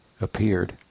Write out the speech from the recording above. appeared